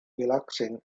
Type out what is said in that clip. relaxing